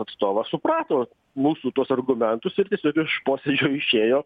atstovas suprato mūsų tuos argumentus ir tiesiog iš posėdžio išėjo